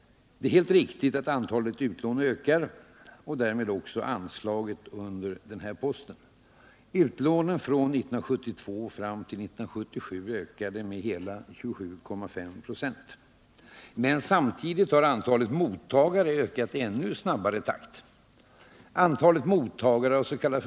Det är helt riktigt att antalet utlån ökar — och därmed också anslaget under denna post. Utlånen har från 1972 fram till 1977 ökat med hela 27,5 96. Men samtidigt har antalet mottagare ökat i ännu snabbare takt. Antalet mottagare avs.k.